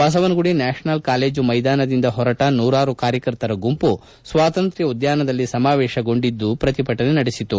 Basavanagudi national college ಮೈದಾನದಿಂದ ಹೊರಟ ನೂರಾರು ಕಾರ್ಯಕರ್ತರ ಗುಂಪು ಸ್ವಾತಂತ್ರ್ಯ ಉದ್ಯಾನದಲ್ಲಿ ಸಮಾವೇಶಗೊಂಡಿದ್ದು ಪ್ರತಿಭಟನೆ ನಡೆಸಿತು